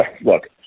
look